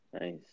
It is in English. Nice